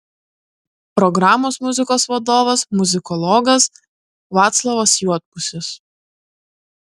programos muzikos vadovas muzikologas vaclovas juodpusis